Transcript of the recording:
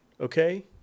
okay